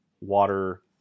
water